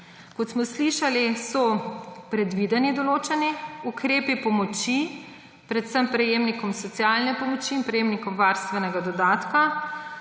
Kot smo slišali, so predvideni določeni ukrepi pomoči, predvsem prejemnikom socialne pomoči in prejemnikom varstvenega dodatka.